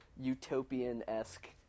utopian-esque